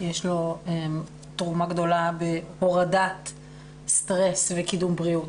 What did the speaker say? יש לו תרומה גדולה בהורדת סטרס וקידום בריאות.